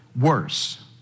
worse